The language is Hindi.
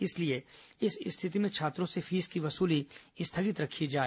इसलिए इस स्थिति में छात्रों से फीस की वसूली स्थगित रखी जाए